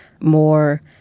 more